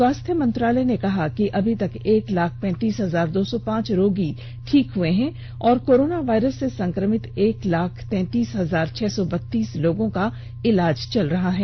स्वास्थ्य मंत्रालय ने कहा कि अभी तक एक लाख पैंतीस हजार दो सौ पांच रोगी ठीक हो चुके हैं और कोरोना वायरस से संक्रमित एक लाख तैंतीस हजार छह सौ बतीस लोगों का इलाज चल रहा है